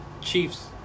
Chiefs